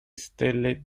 stelle